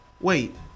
Wait